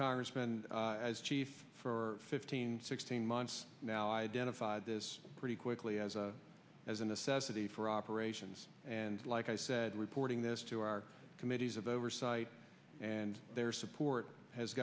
congressman as chief for fifteen sixteen months now identified this pretty quickly as a as a necessity for operations and like i said reporting this to our committees of oversight and their support has